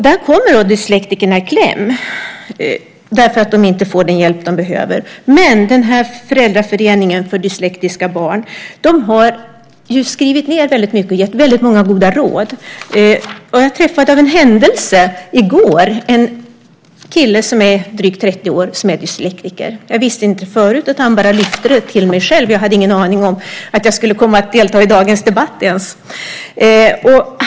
Där kommer dyslektikerna i kläm därför att de inte får den hjälp de behöver. Föräldraföreningen för Dyslektiska Barn har dock skrivit ned och gett väldigt många goda råd. Jag träffade av en händelse i går en kille som är drygt 30 år och dyslektiker. Jag visste det inte förut; han bara lyfte fram det till mig självmant. Jag hade ingen aning om att jag ens skulle komma att delta i dagens debatt.